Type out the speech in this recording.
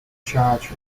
charge